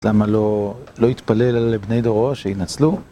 למה לא התפלל על בני דורו שיינצלו?